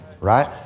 right